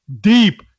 deep